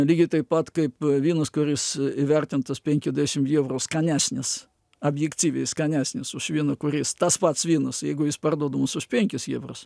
lygiai taip pat kaip vynas kuris įvertintas penkiadešim evrų skanesnis abjektyviai skanesnis už vyną kuris tas pats vynas jeigu jis parduodamas už penkis evrus